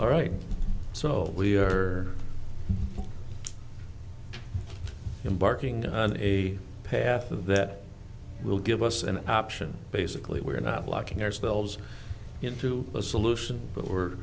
all right so we are embarking on a path of that will give us an option basically we're not locking ourselves into a solution but we're